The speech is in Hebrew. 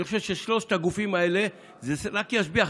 אני חושב ששלושת הגופים האלה, זה רק ישביח.